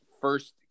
first